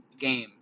game